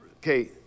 okay